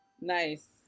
nice